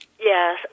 Yes